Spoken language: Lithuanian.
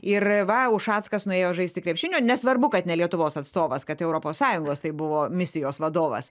ir va ušackas nuėjo žaisti krepšinio nesvarbu kad ne lietuvos atstovas kad europos sąjungos tai buvo misijos vadovas